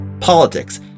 politics